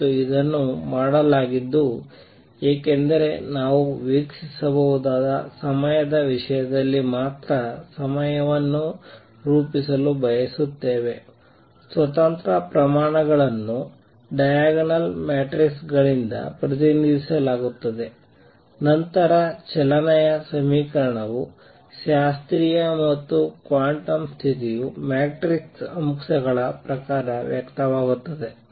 ಮತ್ತು ಇದನ್ನು ಮಾಡಲಾಗಿದ್ದು ಏಕೆಂದರೆ ನಾವು ವೀಕ್ಷಿಸಬಹುದಾದ ಸಮಯದ ವಿಷಯದಲ್ಲಿ ಮಾತ್ರ ಸಮಸ್ಯೆಯನ್ನು ರೂಪಿಸಲು ಬಯಸುತ್ತೇವೆ ಸ್ವತಂತ್ರ ಪ್ರಮಾಣಗಳನ್ನು ಡೈಯಗನಲ್ ಮ್ಯಾಟ್ರಿಕ್ಸ್ ಗಳಿಂದ ಪ್ರತಿನಿಧಿಸಲಾಗುತ್ತದೆ ನಂತರ ಚಲನೆಯ ಸಮೀಕರಣವು ಶಾಸ್ತ್ರೀಯ ಮತ್ತು ಕ್ವಾಂಟಮ್ ಸ್ಥಿತಿಯು ಮ್ಯಾಟ್ರಿಕ್ಸ್ ಅಂಶಗಳ ಪ್ರಕಾರ ವ್ಯಕ್ತವಾಗುತ್ತದೆ